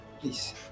please